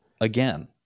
again